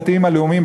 הדתיים-הלאומיים,